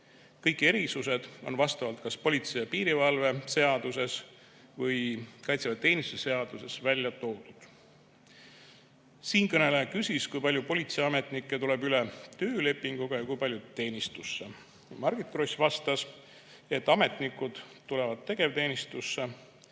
Kõik erisused on kas politsei ja piirivalve seaduses või kaitseväeteenistuse seaduses välja toodud. Siinkõneleja küsis, kui palju politseiametnikke tuleb üle töölepinguga ja kui palju tuleb teenistusse. Margit Gross vastas, et ametnikud tulevad tegevteenistusse